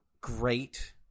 great